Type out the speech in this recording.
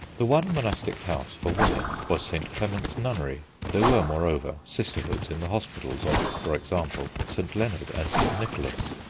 the one monastic house for women was st. clement's nunnery. there were, moreover, sisterhoods in the hospitals of, for example, st. leonard and st. nicholas.